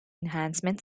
enhancement